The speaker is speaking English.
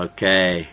Okay